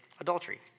adultery